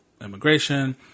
immigration